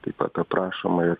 taip pat aprašoma ir